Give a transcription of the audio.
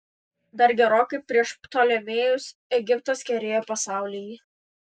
dar gerokai prieš ptolemėjus egiptas kerėjo pasaulį